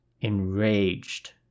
enraged